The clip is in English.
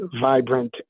vibrant